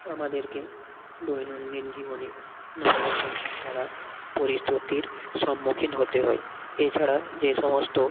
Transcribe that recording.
আমাদেরকে দৈনন্দিন জীবনে নানা রকম খারাপ পরিস্থতির সম্মুখীন হতে হয় এছাড়া যে সমস্ত